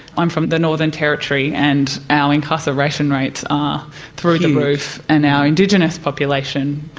i'm from the northern territory, and our incarceration rates are through the roof, and our indigenous population,